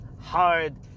hard